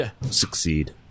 succeed